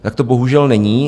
Tak to bohužel není.